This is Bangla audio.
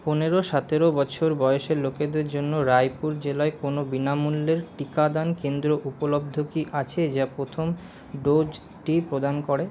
পনেরো সতেরো বছর বয়সের লোকেদের জন্য রায়পুর জেলায় কোনো বিনামূল্যের টিকাদান কেন্দ্র উপলব্ধ কি আছে যা প্রথম ডোজটি প্রদান করে